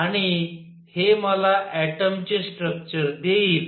आणि हे मला ऍटमचे स्ट्रक्चर देईल